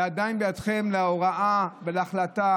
ועדיין בידיכם ההוראה וההחלטה